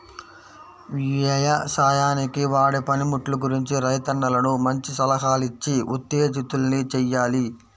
యవసాయానికి వాడే పనిముట్లు గురించి రైతన్నలను మంచి సలహాలిచ్చి ఉత్తేజితుల్ని చెయ్యాలి